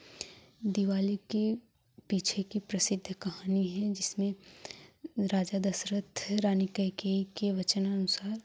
दिवाली के पीछे की प्रसिद्ध कहानी है जिसमें राजा दशरथ रानी कैकेई के वचन अनुसार